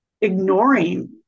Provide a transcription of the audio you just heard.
ignoring